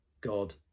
God